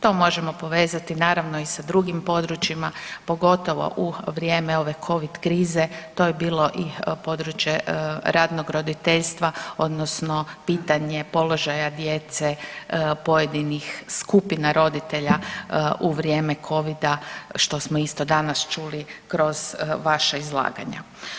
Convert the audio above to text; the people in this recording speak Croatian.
To možemo povezati naravno i sa drugim područjima, pogotovo u vrijeme ove covid krize, to je bilo i područje radnog roditeljstva odnosno pitanje položaja djece pojedinih skupina roditelja u vrijeme covida što smo isto danas čuli kroz vaša izlaganja.